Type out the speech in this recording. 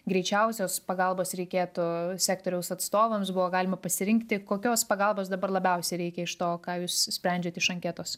greičiausios pagalbos reikėtų sektoriaus atstovams buvo galima pasirinkti kokios pagalbos dabar labiausiai reikia iš to ką jūs sprendžiat iš anketos